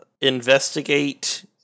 investigate